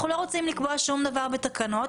אנחנו לא רוצים לקבוע שום דבר בתקנות,